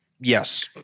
yes